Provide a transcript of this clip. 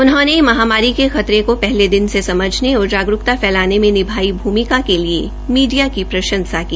उन्होंने महामारी के खतरे को पहले दिन से समझने और जागरूकता फ़्लाने मे निभाई भूमिका के लिए मीडया की प्रंशसा की